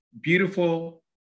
beautiful